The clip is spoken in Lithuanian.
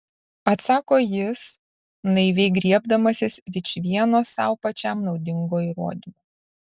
atsako jis naiviai griebdamasis vičvieno sau pačiam naudingo įrodymo